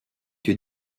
que